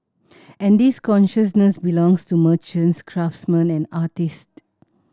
and this consciousness belongs to merchants craftsman and artist